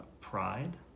pride